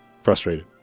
frustrated